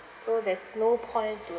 so there's no point to